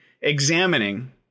examining